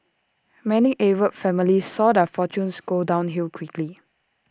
many Arab families saw their fortunes go downhill quickly